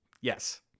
yes